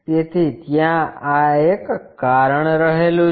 તેથી ત્યાં આ એક કારણ રહેલું છે